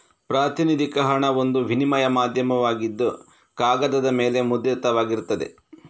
ಪ್ರಾತಿನಿಧಿಕ ಹಣ ಒಂದು ವಿನಿಮಯ ಮಾಧ್ಯಮವಾಗಿದ್ದು ಕಾಗದದ ಮೇಲೆ ಮುದ್ರಿತವಾಗಿರ್ತದೆ